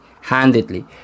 Handedly